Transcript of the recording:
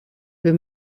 wir